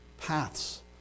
paths